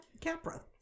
Capra